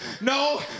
No